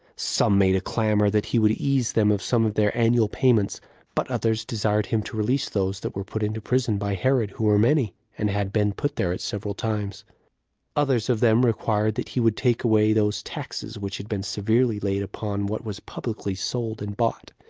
some made a clamor that he would ease them of some of their annual payments but others desired him to release those that were put into prison by herod, who were many, and had been put there at several times others of them required that he would take away those taxes which had been severely laid upon what was publicly sold and bought.